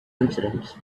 incidents